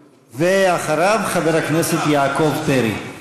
ואחריו, חבר הכנסת יעקב פרי.